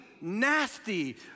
nasty